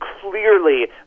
clearly